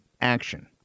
action